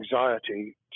anxiety